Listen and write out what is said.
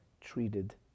treated